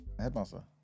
Headmaster